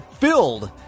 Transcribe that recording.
filled